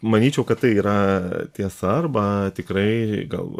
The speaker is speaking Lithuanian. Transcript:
manyčiau kad tai yra tiesa arba tikrai gal